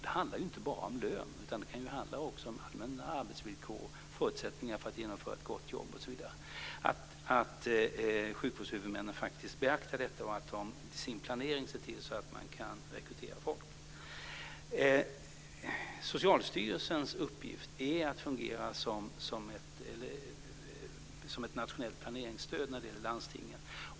Det handlar ju inte bara om lön, utan det kan ju också handla om allmänna arbetsvillkor och förutsättningar för att genomföra ett gott jobb. Det är alltså viktigt att sjukvårdshuvudmännen faktiskt beaktar detta och att de i sin planering ser till att de kan rekrytera folk. Socialstyrelsens uppgift är att fungera som ett nationellt planeringsstöd för landstingen.